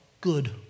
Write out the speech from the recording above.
good